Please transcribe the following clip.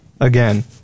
Again